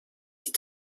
die